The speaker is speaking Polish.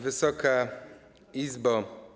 Wysoka Izbo!